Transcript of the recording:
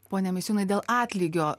pone misiūnai dėl atlygio